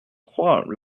crois